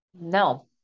no